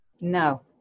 No